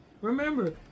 Remember